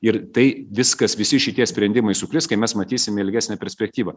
ir tai viskas visi šitie sprendimai sukris kai mes matysime ilgesnę perspektyvą